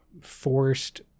forced